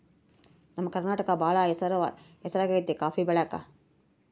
ನಮ್ಮ ಕರ್ನಾಟಕ ಬಾಳ ಹೆಸರಾಗೆತೆ ಕಾಪಿ ಬೆಳೆಕ